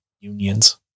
Unions